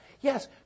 Yes